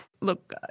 Look